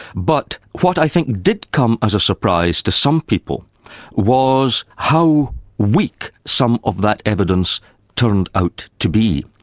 but what i think did come as a surprise to some people was how weak some of that evidence turned out to be,